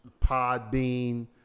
Podbean